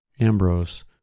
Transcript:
Ambrose